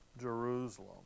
Jerusalem